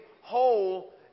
whole